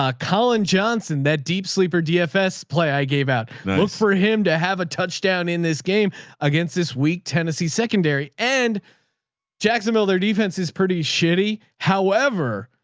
ah collin johnson, that deep sleeper dfs play. i gave out for him to have a touchdown in this game against this week, tennessee secondary and jacksonville, their defense is pretty shitty. however,